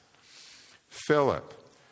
Philip